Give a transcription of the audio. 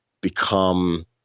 become